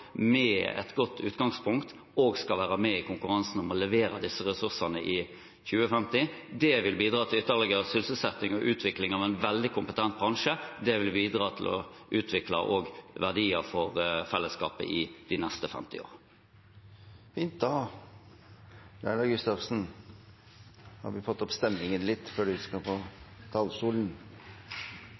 med et godt utgangspunkt skal være med i konkurransen om å levere disse ressursene i 2050. Det vil bidra til ytterligere sysselsetting og utvikling av en veldig kompetent bransje, og det vil bidra til å utvikle verdier for fellesskapet i de neste 50 år. Replikkordskiftet er omme. De talere som heretter får ordet, har